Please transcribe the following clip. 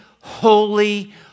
holy